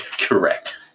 Correct